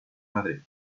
madrid